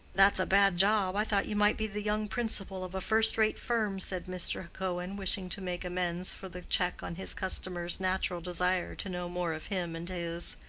that's a bad job. i thought you might be the young principal of a first-rate firm, said mr. cohen, wishing to make amends for the check on his customer's natural desire to know more of him and his.